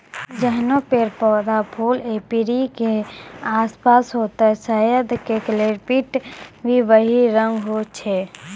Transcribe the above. जैहनो पेड़, पौधा, फूल एपीयरी के आसपास होतै शहद के क्वालिटी भी वही रंग होय छै